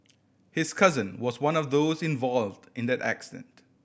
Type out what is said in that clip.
his cousin was one of those involved in that accident